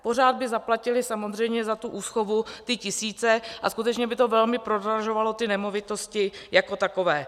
Pořád by zaplatili samozřejmě za tu úschovu ty tisíce a skutečně by to velmi prodražovalo nemovitosti jako takové.